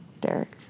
Derek